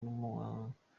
n’umuririmbyikazi